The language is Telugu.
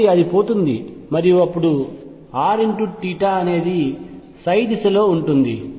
కాబట్టి అది పోతుంది మరియు అప్పుడు r అనేది దిశలో ఉంటుంది